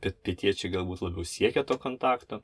bet pietiečiai galbūt labiau siekia to kontakto